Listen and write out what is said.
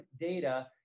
data